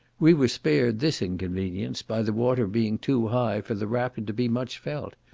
we were spared this inconvenience by the water being too high for the rapid to be much felt,